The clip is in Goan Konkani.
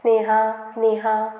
स्नेहा नेहा